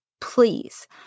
please